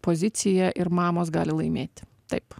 pozicija ir mamos gali laimėti taip